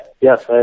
yes